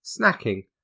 snacking